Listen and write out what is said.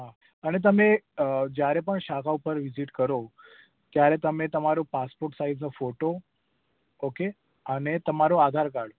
હા અને તમે જયારે પણ શાખા ઉપર વિઝીટ કરો ત્યારે તમે તમારો પાસપોર્ટ સાઈઝનો ફોટો ઓકે અને તમારો આધાર કાર્ડ